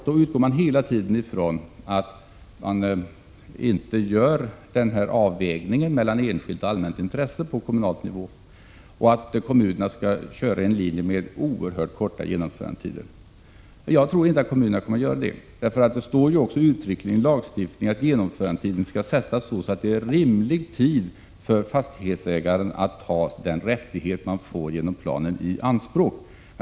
Då utgår han hela tiden från att man inte gör en avvägning mellan enskilt och allmänt intresse på kommunal nivå — och att kommunerna skall hålla en linje med oerhört korta genomförandetider. Jag tror inte att kommunerna kommer att göra det. Det står ju uttryckligen i lagstiftningen att genomförandetiden skall sättas så, att det finns rimlig tid för fastighetsägaren att ta i anspråk den rättighet man får genom planen.